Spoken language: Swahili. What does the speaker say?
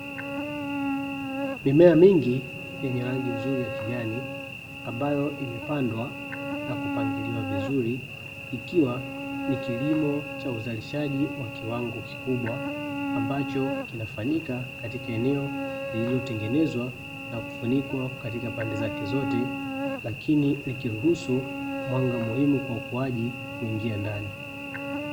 Mimea mingi yenye rangi nzuri ya kijani ambayo imepandwa na kupangiliwa vizuri, ikiwa ni kilimo cha uzalishaji wa kiwango kikubwa ambacho kinafanyika katika eneo lililotengenezwa na kufunikwa katika pande zake zote, lakini likiruhusu mwanga muhimu kwa ukuaji kuingia ndani.